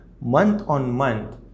month-on-month